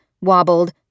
wobbled